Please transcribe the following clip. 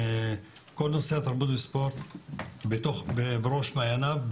כל נושא התרבות והספורט בראש מעייניו,